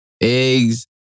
eggs